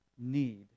need